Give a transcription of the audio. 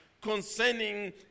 concerning